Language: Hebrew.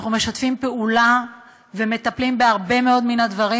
אנחנו משתפים פעולה ומטפלים בהרבה מאוד מן הדברים,